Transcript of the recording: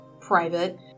private